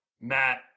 Matt